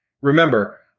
Remember